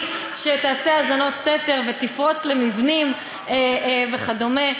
שתעשה האזנות סתר ותפרוץ למבנים וכדומה.